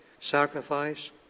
sacrifice